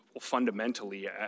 fundamentally